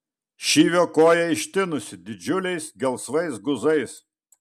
šyvio koja ištinusi didžiuliais gelsvais guzais